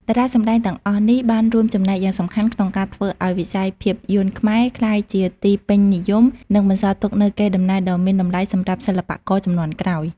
តារាសម្ដែងទាំងអស់នេះបានរួមចំណែកយ៉ាងសំខាន់ក្នុងការធ្វើឱ្យវិស័យភាពយន្តខ្មែរក្លាយជាទីពេញនិយម និងបន្សល់ទុកនូវកេរដំណែលដ៏មានតម្លៃសម្រាប់សិល្បករជំនាន់ក្រោយ។